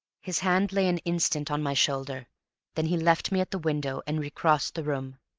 his hand lay an instant on my shoulder then he left me at the window, and recrossed the room.